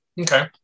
okay